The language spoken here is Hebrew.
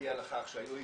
הביאה לכך שהיו עיכובים.